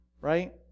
right